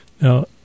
Now